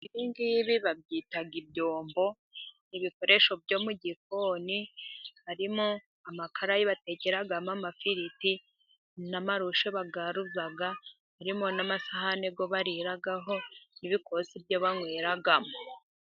Ibingibi babyita ibyombo; ibikoresho byo mu gikoni, harimo: amakara batekeramo amafiriti, n'amarushe bagabuza, birimo n'amasahane yo baririraraho n'ibikombe byo banyweramo.